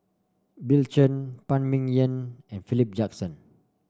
Bill Chen Phan Ming Yen and Philip Jackson